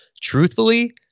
Truthfully